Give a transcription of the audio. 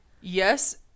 Yes